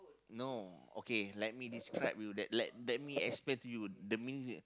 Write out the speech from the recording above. no okay let me <describe you that let let me explain to you the meaning